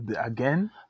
Again